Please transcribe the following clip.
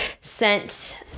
sent